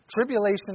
Tribulation